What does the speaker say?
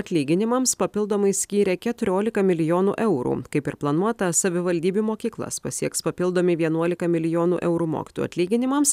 atlyginimams papildomai skyrė keturiolika milijonų eurų kaip ir planuota savivaldybių mokyklas pasieks papildomi vienuolika milijonų eurų mokytojų atlyginimams